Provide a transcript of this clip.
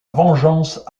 vengeance